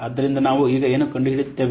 ಆದ್ದರಿಂದ ನಾವು ಈಗ ಏನು ಕಂಡುಹಿಡಿಯುತ್ತೇವೆ